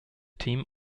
team